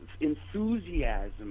enthusiasm